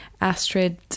Astrid